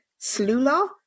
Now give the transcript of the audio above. Slula